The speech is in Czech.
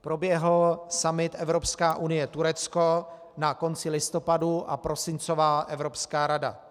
Proběhl summit Evropská unie Turecko na konci listopadu a prosincová Evropská rada.